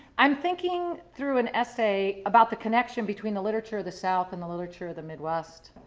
i'm thinking through an essay about the connection between the literature of the south and the literature of the midwest.